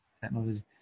Technology